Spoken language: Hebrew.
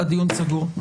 הדיון סגור.